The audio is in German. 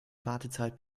wartezeit